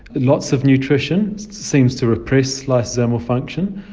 lots of nutrition seems to repress lysosomal function,